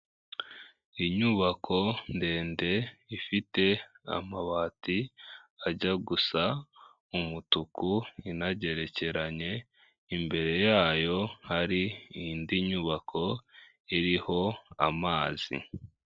Inyubako ndende ifite amabati ajya gusa umutuku inagerekeranye imbere yayo hari indi nyubako iriho amazi.